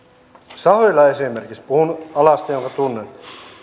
sahoilla esimerkiksi puhun alasta jonka tunnen